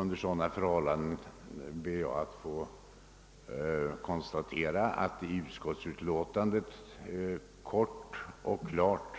Under sådana förhållanden vill jag konstatera, att det i utlåtandet klart